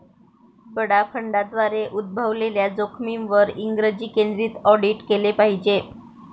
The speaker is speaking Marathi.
बडा फंडांद्वारे उद्भवलेल्या जोखमींवर इंग्रजी केंद्रित ऑडिट केले पाहिजे